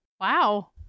wow